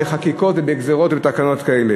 בחקיקות ובגזירות ובתקנות כאלה.